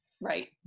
Right